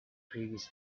previous